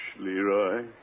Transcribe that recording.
Leroy